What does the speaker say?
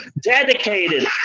dedicated